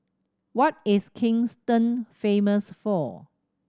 what is Kingston famous for